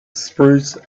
spruce